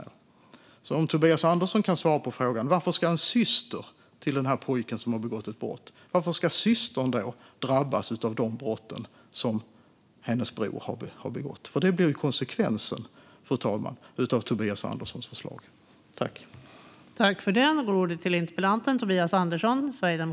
Kanske kan Tobias Andersson svara på frågan varför en syster till en pojke som har begått ett brott drabbas av de brott som hennes bror har begått. Det blir konsekvensen av Tobias Anderssons förslag, fru talman.